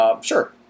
Sure